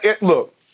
look